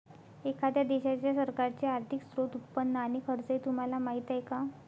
एखाद्या देशाच्या सरकारचे आर्थिक स्त्रोत, उत्पन्न आणि खर्च हे तुम्हाला माहीत आहे का